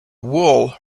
wool